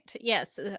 Yes